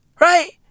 Right